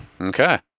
Okay